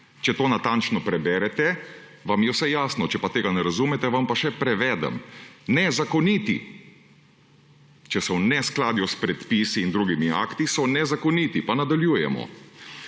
Če to natančno preberete, vam je vse jasno, če tega ne razumete, vam pa še prevedem: nezakoniti. Če so v neskladju s predpisi in drugimi akti, so nezakoniti. Pa nadaljujemo: